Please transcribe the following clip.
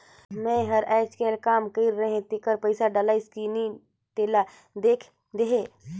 मै हर अईचकायल काम कइर रहें तेकर पइसा डलाईस कि नहीं तेला देख देहे?